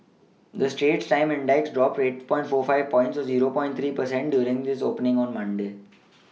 the Straits times index dropped eight point four five points or zero point three per cent during its opening on Monday